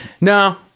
No